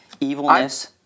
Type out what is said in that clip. evilness